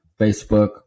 Facebook